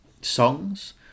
songs